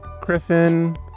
Griffin